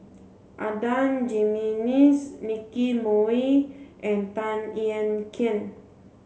Adan Jimenez Nicky Moey and Tan Ean Kiam